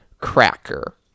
cracker